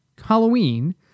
Halloween